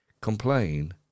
complain